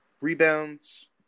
rebounds